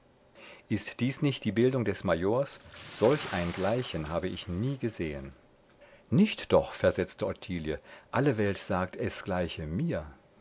ist dies nicht die bildung des majors solch ein gleichen habe ich nie gesehen nicht doch versetzte ottilie alle welt sagt es gleiche mir